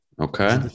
Okay